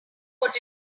what